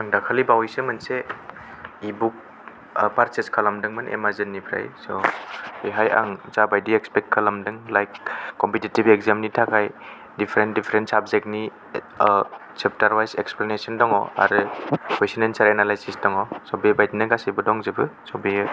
आं दाखालिबावैसो मोनसे इ बुक पार्सेज खालामदोंमोन एमाजन निफ्राय स' बेहाय आं जाबायदि एक्सपेक्ट खालामदों लाइक कम्पितटिटिभ एगजाम नि थाखाय डिप्रेन्ट डिप्रेन्ट साबजेक्ट नि सेपटार वायज एक्सप्लेनेसन दङ आरो कुइसन एन्सार एनालायसिस दङ स बेबायदिनो गासिबो दंजोबो स बेयो